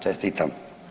Čestitam.